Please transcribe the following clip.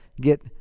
get